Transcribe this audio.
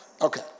Okay